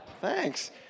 Thanks